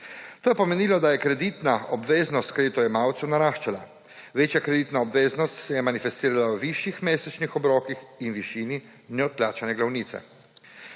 To je pomenilo, da je kreditna obveznost kreditojemalcev naraščala. Večja kreditna obveznost se je manifestirala v višjih mesečnih obrokih in višini neodplačane glavnice.